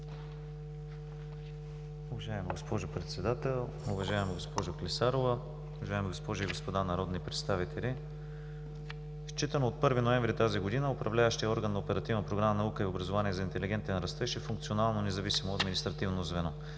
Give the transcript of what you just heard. Уважаема госпожо Председател, уважаема госпожо Клисарова, уважаеми госпожи и господа народни представители! Считано от 1 ноември тази година управляващият орган на Оперативна програма „Наука и образование за интелигентен растеж“ е функционално независимо административно звено.